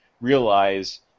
realize